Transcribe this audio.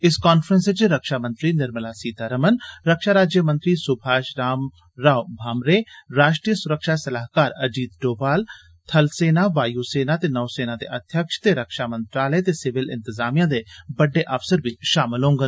इस कांफ्रैंस च रक्षामंत्री निर्मल सीतारमण रक्षा राज्यमंत्री सुभाष राम राओ भामरे राष्ट्रीय सुरक्षा सलाहकार अजीत डोवाल थल सेना वायु सेना ते नो सेना दे अध्यक्ष ते रक्षा मंत्रालय ते सिविल इंतजामिया दे बड्डे अफसर बी शामल होंडन